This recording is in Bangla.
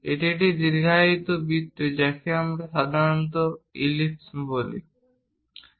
এটি একটি দীর্ঘায়িত বৃত্ত যাকে আমরা সাধারণত ইলিপ্স বলে থাকি